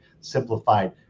simplified